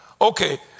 Okay